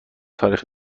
تاریخ